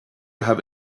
have